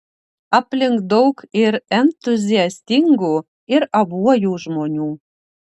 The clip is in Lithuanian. aplink daug ir entuziastingų ir abuojų žmonių